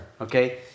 okay